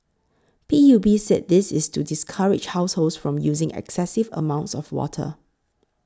P U B said this is to discourage households from using excessive amounts of water